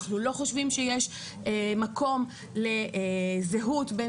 אנחנו לא חושבים שיש מקום לזהות בין